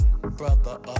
Brother